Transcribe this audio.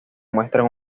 muestran